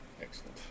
Excellent